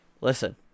Listen